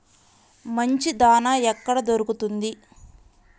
మంచి దాణా ఎక్కడ దొరుకుతుంది?